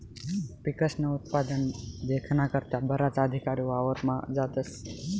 पिकस्नं उत्पादन देखाना करता बराच अधिकारी वावरमा जातस